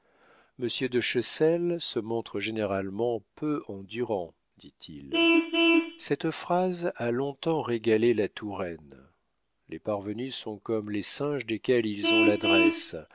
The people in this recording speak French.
de chessel se montre généralement peu en durant dit-il cette phrase a long-temps régalé la touraine les parvenus sont comme les singes desquels ils ont l'adresse